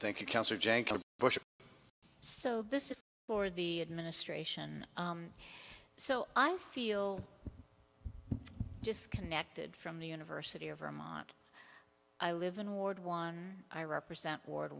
janko bush so this is for the administration so i feel disconnected from the university of vermont i live in ward one i represent ward